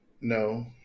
No